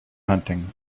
hunting